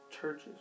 churches